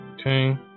Okay